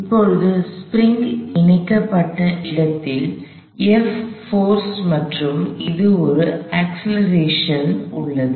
இப்போது ஸ்பிரிங் இணைக்கப்பட்ட இடத்தில் F போர்ஸ் மற்றும் இந்த ஒரு அக்ஸ்லெரேஷன்accelerationமுடுக்கம் உள்ளது